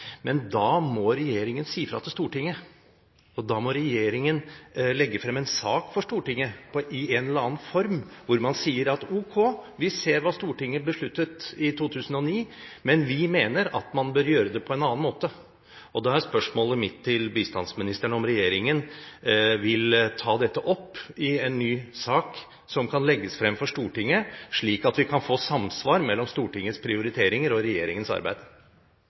Men da må regjeringen si ifra til Stortinget. Og da må regjeringen legge frem en sak for Stortinget, i en eller annen form, hvor man sier: Ok, vi ser hva Stortinget besluttet i 2009, men vi mener at man bør gjøre det på en annen måte. Da er spørsmålet mitt til bistandsministeren om regjeringen vil ta dette opp i en ny sak som kan legges frem for Stortinget, slik at vi kan få samsvar mellom Stortingets prioriteringer og regjeringens arbeid.